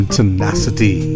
Tenacity